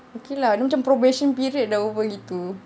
okay lah dia macam probation period dah rupa gitu